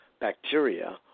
bacteria